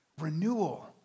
renewal